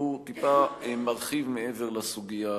והוא טיפה מרחיב מעבר לסוגיה הזאת.